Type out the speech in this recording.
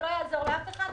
ולא יעזור לאף אחד כלום,